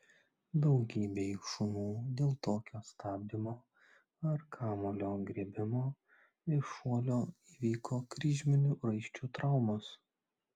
daugybei šunų dėl tokio stabdymo ar kamuolio griebimo iš šuolio įvyko kryžminių raiščių traumos